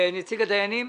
נציג הדיינים.